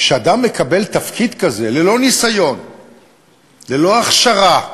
כשאדם מקבל תפקיד כזה, ללא ניסיון, ללא הכשרה,